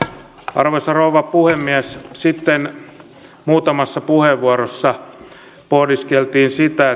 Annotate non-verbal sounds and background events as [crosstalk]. arvoisa rouva puhemies sitten muutamassa puheenvuorossa pohdiskeltiin sitä [unintelligible]